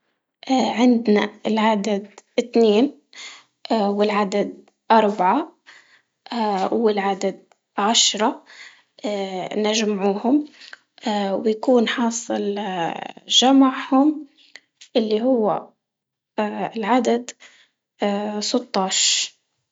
اه عندنا العدد اثنين اه والعدد أربعة، اه والعدد عشرة اه نجمعوهم، اه ويكون حاصل اه جمعهم اللي هو اه العدد اه ستاش.